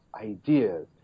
ideas